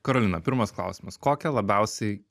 karolina pirmas klausimas kokią labiausiai